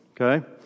okay